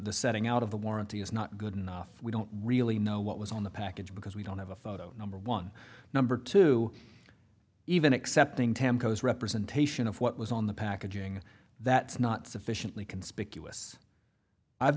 the setting out of the warranty is not good enough we don't really know what was on the package because we don't have a photo number one number two even accepting tempo's representation of what was on the packaging that's not sufficiently conspicuous i've